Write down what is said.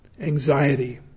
anxiety